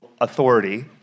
authority